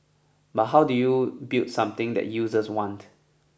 but how do you build something that users want